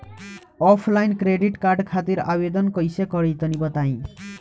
Offline credit card खातिर आवेदन कइसे करि तनि बताई?